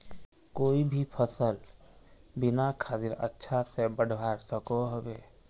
कोई भी सफल बिना खादेर अच्छा से बढ़वार सकोहो होबे?